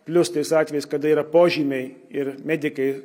plius tais atvejais kada yra požymiai ir medikai